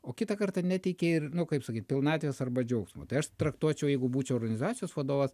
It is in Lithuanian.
o kitą kartą neteikia ir nu kaip sakyt pilnatvės arba džiaugsmo tai aš traktuočiau jeigu būčiau organizacijos vadovas